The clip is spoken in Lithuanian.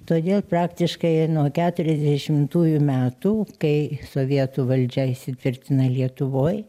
todėl praktiškai nuo keturiasdešimtųjų metų kai sovietų valdžia įsitvirtina lietuvoj